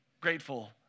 grateful